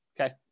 okay